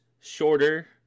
shorter